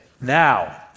now